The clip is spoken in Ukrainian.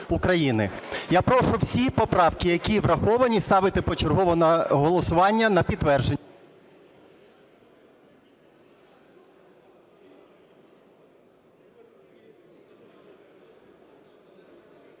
Я прошу всі поправки, які враховані, ставити почергово на голосування на підтвердження.